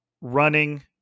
running